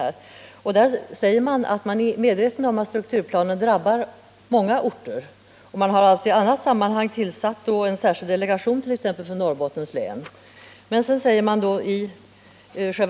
Där Nr 153 sägs att man är medveten om att strukturplanen drabbar många orter, men att Onsdagen den man i annat sammanhang, t.ex. för Norrbottens län, har tillsatt en särskild 23 maj 1979 delegation.